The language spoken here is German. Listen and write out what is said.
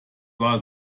wahr